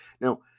Now